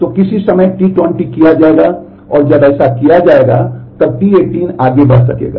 तो किसी समय T20 किया जाएगा और जब ऐसा किया जाएगा तब T18 आगे बढ़ सकेगा